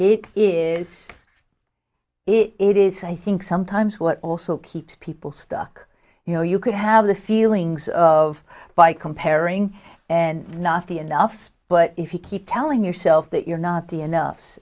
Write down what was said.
it is it is i think sometimes what also keeps people stuck you know you could have the feelings of by comparing and not the enough but if you keep telling yourself that you're not the enough